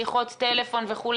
שיחות טלפון וכו',